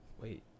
Wait